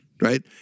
Right